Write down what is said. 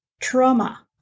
Trauma